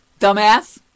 Dumbass